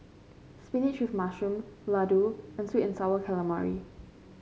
spinach with mushroom laddu and sweet and sour calamari